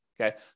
Okay